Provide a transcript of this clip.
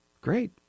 Great